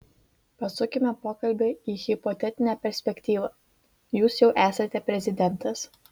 pasukime pokalbį į hipotetinę perspektyvą jūs jau esate prezidentas